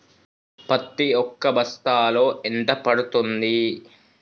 పత్తి ఒక బస్తాలో ఎంత పడ్తుంది?